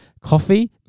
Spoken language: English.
Coffee